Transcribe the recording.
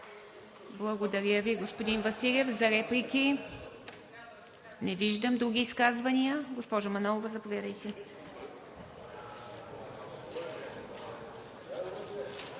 Благодаря Ви, господин Василев. За реплики? Не виждам. Други изказвания? Госпожо Манолова, заповядайте.